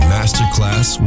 Masterclass